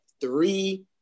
three